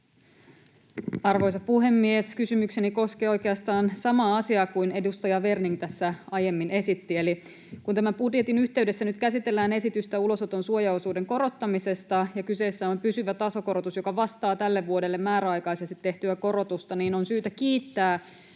Arvoisa puhemies! Kysymykseni koskee oikeastaan samaa asiaa kuin edustaja Werning tässä aiemmin esitti. Eli kun tämän budjetin yhteydessä nyt käsitellään esitystä ulosoton suojaosuuden korottamisesta ja kyseessä on pysyvä tasokorotus, joka vastaa tälle vuodelle määräaikaisesti tehtyä korotusta, niin on syytä kiittää